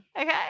Okay